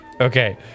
Okay